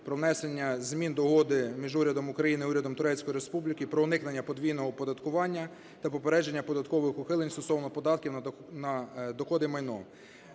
про внесення змін до Угоди між Урядом України і Урядом Турецької Республіки про уникнення подвійного оподаткування та попередження податкових ухилень стосовно податків на доходи і майно.